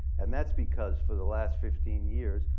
and that's because for the last fifteen years,